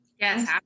yes